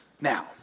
Now